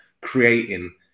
creating